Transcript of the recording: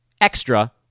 extra